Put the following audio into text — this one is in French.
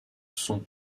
son